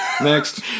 Next